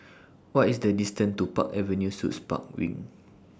What IS The distance to Park Avenue Suits Park Wing